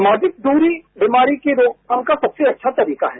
सामाजिक द्री बीमारी की रोकथाम का सबसे अच्छा तरीका है